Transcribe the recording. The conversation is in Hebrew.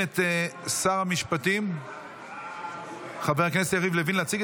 ותעבור לדיון בוועדה לביטחון לאומי לצורך הכנתה לקריאה השנייה והשלישית.